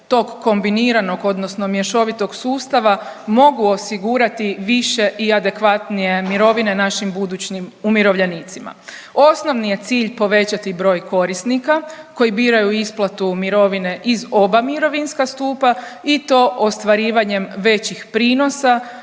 tog kombiniranog odnosno mješovitog sustava mogu osigurati više i adekvatnije mirovine našim budućim umirovljenicima. Osnovni je cilj povećati broj korisnika koji biraju isplatu mirovine iz oba mirovinska stupa i to ostvarivanjem većih prinosa,